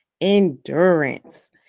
endurance